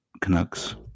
Canucks